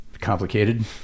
complicated